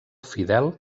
fidel